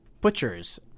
butchers